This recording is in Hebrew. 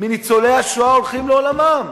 מניצולי השואה הולכים לעולמם.